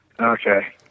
Okay